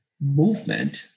movement